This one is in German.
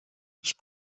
nicht